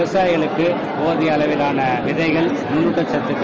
விவசாயிகளுக்கு போதிய அளவிலான விதைகள் நுண்ணட்டக்கத்துகள்